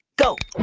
go